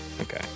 Okay